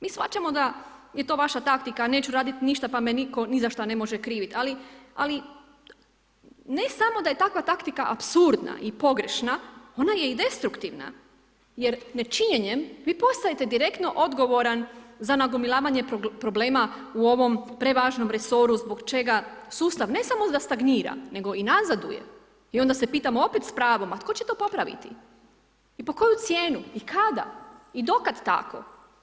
Mi shvaćamo da je to vaša taktika „neću raditi ništa pa nitko ni za šta ne može kriviti“ ali ne samo da je takva taktika apsurdna i pogrešna, ona je i destruktivna jer nečinjenjem, vi postajete direktno odgovoran za nagomilavanje problema u ovom prevažnom resoru zbog čega sustav ne samo da stagnira nego i nazaduje i onda se pitamo opet s pravom a tko će to popraviti i pod koju cijenu i kada i do kad tako.